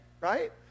right